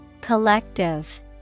Collective